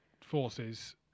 forces